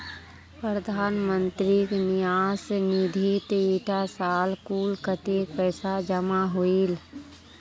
प्रधानमंत्री न्यास निधित इटा साल कुल कत्तेक पैसा जमा होइए?